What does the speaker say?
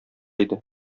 иде